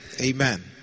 Amen